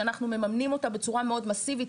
שאנחנו ממנים אותה בצורה מאוד מסיבית